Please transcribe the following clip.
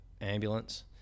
ambulance